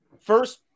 first